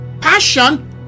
Passion